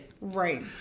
Right